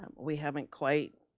um we haven't quite